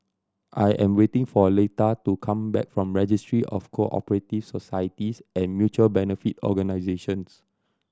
I am waiting for Leitha to come back from Registry of Co Operative Societies and Mutual Benefit Organisations